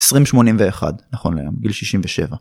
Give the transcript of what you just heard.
2081 נכון להיום גיל 67.